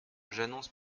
j’annonce